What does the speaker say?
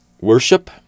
Worship